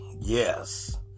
Yes